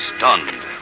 Stunned